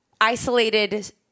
Isolated